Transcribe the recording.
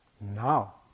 now